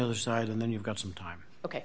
other side and then you've got some time ok